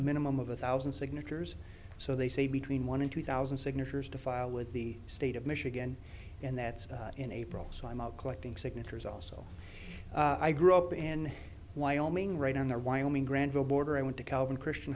minimum of a thousand signatures so they say between one and two thousand signatures to file with the state of michigan and that's in april so i'm out collecting signatures also i grew up in wyoming right on the wyoming granville border i went to calvin christian